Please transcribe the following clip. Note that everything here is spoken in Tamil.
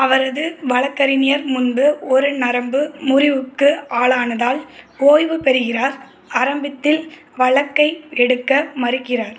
அவரது வழக்கறிஞர் முன்பு ஒரு நரம்பு முறிவுக்கு ஆளானதால் ஓய்வு பெறுகிறார் ஆரம்பத்தில் வழக்கை எடுக்க மறுக்கிறார்